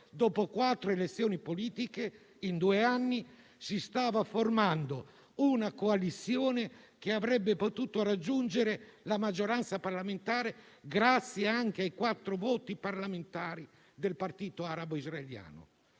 dopo quattro elezioni politiche in due anni, si stava formando una coalizione che avrebbe potuto raggiungere la maggioranza parlamentare grazie anche ai quattro voti parlamentari del Partito arabo israeliano.